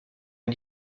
les